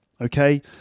okay